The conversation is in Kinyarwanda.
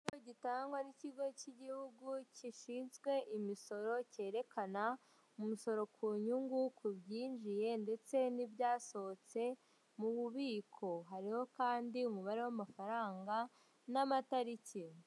Igipapuro gitangwa n'ikigo K'igihugu gishinzwe imisoro kerekana umusoro ku nyungu ku byinjiye ndetse n'ibyasohotse mu bubiko, hariho kandi umubare w'amafaranga n'amatariki.